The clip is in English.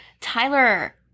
Tyler